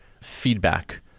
feedback